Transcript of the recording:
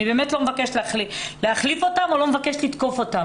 אני לא מבקשת להחליף אותם או לתקוף אותם.